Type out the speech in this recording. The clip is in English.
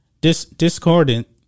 discordant